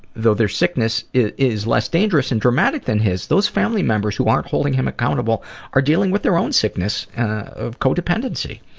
though their sickness is less dangerous and dramatic than his, those family members who aren't holding him accountable are dealing with their own sickness of co-dependency.